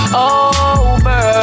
over